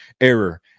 error